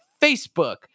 Facebook